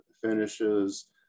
finishes